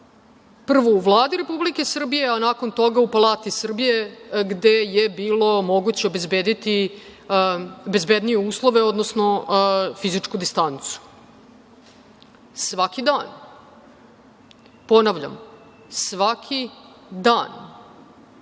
prvo u Vladi Republike Srbije, a nakon toga u Palati Srbije gde je bilo moguće obezbediti bezbednije uslove, odnosno fizičku distancu, svaki dan. Ponavljam, svaki dan